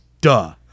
duh